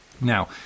Now